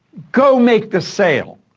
go make the sale.